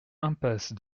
impasse